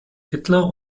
hitler